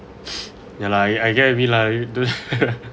ya lah I I get what you mean lah don't